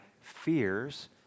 fears